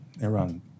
Iran